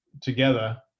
together